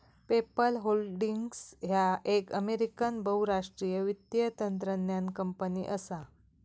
PayPal holdings ह्या एक American बहुराष्ट्रीय वित्तीय तंत्रज्ञान कंपनी असा